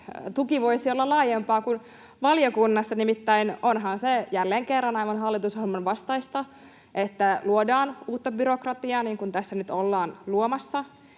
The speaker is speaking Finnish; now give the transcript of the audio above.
tuki voisi olla laajempaa kuin valiokunnassa. Nimittäin onhan se jälleen kerran aivan hallitusohjelman vastaista, että luodaan uutta byrokratiaa, niin kuin tässä nyt ollaan luomassa,